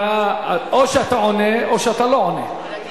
אתה, או שאתה עונה או שאתה לא עונה.